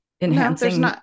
enhancing